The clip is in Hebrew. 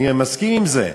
אני מסכים עם זה,